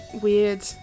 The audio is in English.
weird